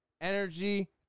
energy